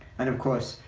and of course,